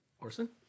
Orson